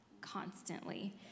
constantly